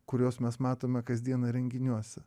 kuriuos mes matome kasdieną renginiuose